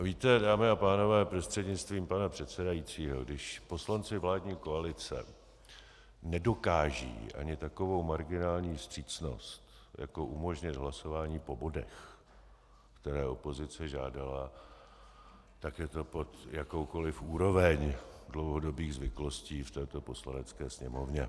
Víte, dámy a pánové, prostřednictvím pana předsedajícího, když poslanci vládní koalice nedokážou ani takovou marginální vstřícnost jako umožnit hlasování po bodech, které opozice žádala, tak je to pod jakoukoliv úroveň dlouhodobých zvyklostí v této Poslanecké sněmovně.